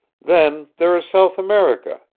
then there is south america,